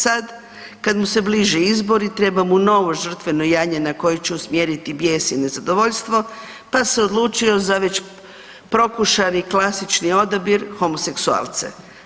Sad kada mu se bliže izbori treba mu novo žrtveno janje na koje će usmjeriti bijes i nezadovoljstvo, pa se odlučio već prokušani klasični odabir homoseksualce.